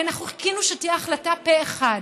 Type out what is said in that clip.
כי אנחנו חיכינו שתהיה החלטה פה אחד,